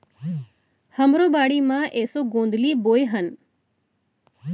हमरो बाड़ी म एसो गोंदली बोए हन